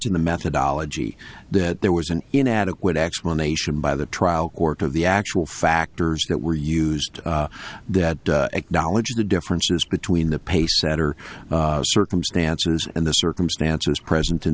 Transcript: to the methodology that there was an inadequate explanation by the trial court of the actual factors that were used that acknowledges the differences between the pacesetter circumstances and the circumstances present in